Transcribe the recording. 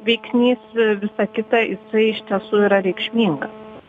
veiksnys visa kita jisai iš tiesų yra reikšmingas